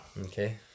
Okay